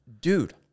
Dude